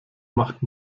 macht